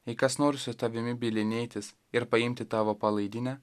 jei kas nors su tavimi bylinėtis ir paimti tavo palaidinę